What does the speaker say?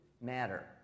matter